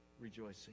rejoicing